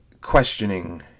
questioning